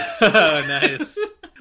nice